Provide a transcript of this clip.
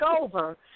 over